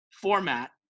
format